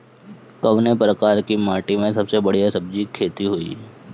कवने प्रकार की माटी में बढ़िया सब्जी खेती हुई?